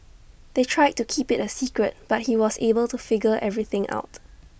they tried to keep IT A secret but he was able to figure everything out